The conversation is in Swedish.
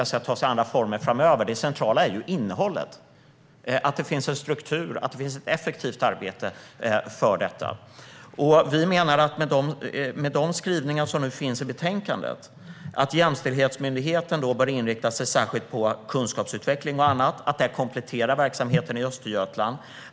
Arbetet kan ta sig andra former framöver; det centrala är ju innehållet, att det finns en struktur och att det finns ett effektivt arbete för detta. Vi menar att med de skrivningar som nu finns i betänkandet om att jämställdhetsmyndigheten särskilt bör inrikta sig på kunskapsutveckling kompletterar verksamheten i Östergötland.